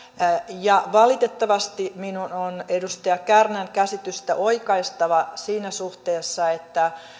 ja valitettavasti minun on edustaja kärnän käsitystä oikaistava siinä suhteessa että